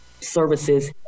services